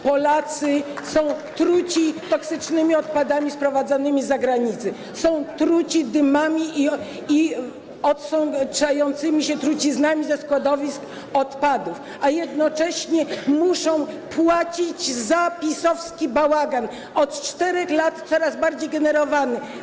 Polacy są truci toksycznymi odpadami sprowadzanymi z zagranicy, są truci dymami i odsączającymi się truciznami ze składowisk odpadów, a jednocześnie muszą płacić za PiS-owski bałagan, od 4 lat coraz bardziej generowany.